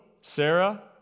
Sarah